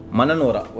Mananora